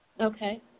Okay